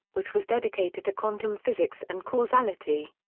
which was dedicated to quantum physics and causality.